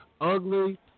ugly